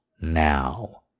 now